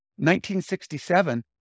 1967